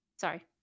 sorry